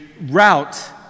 route